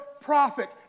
profit